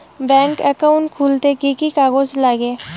Bank account খুলতে কি কি কাগজ লাগে?